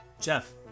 Jeff